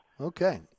Okay